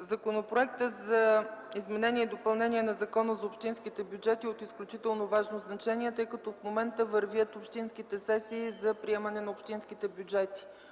Законопроектът за изменение и допълнение на Закона за общинските бюджети е от изключително важно значение, тъй като в момента вървят общинските сесии за приемане на общинските бюджети.